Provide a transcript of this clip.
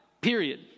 period